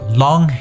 long